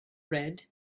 red